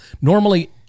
Normally